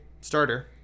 starter